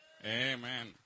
Amen